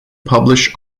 publish